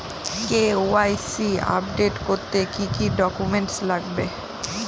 KYC update করতে কি কি ডকুমেন্টস লাগবে?